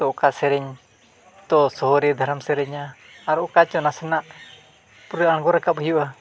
ᱛᱳ ᱚᱠᱟ ᱥᱮᱨᱮᱧ ᱛᱳ ᱥᱚᱦᱚᱨᱤᱭᱟᱹ ᱫᱷᱟᱨᱟᱢ ᱥᱮᱨᱮᱧᱟ ᱟᱨ ᱚᱠᱟ ᱪᱚ ᱱᱟᱥᱮᱱᱟᱜ ᱯᱩᱨᱟᱹ ᱟᱬᱜᱚ ᱨᱟᱠᱟᱵ ᱦᱩᱭᱩᱜᱼᱟ